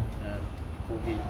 uh COVID